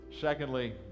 Secondly